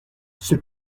c’est